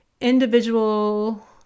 individual